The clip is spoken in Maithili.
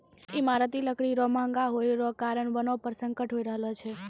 ईमारती लकड़ी रो महगा होय रो कारण वनो पर संकट होय रहलो छै